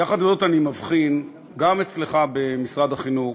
יחד עם זאת, אני מבחין גם אצלך, במשרד החינוך,